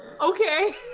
Okay